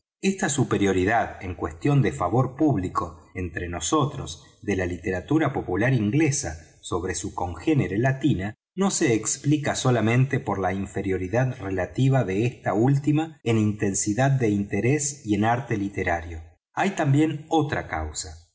esta superioridad en cuestión de favor público entre nosotros da la literatura popular inglesa sobre sufcongénere latina no se explica solamente por la inferioridad relativa de esta última en intensidad de interés y en arte literario hay también otra causa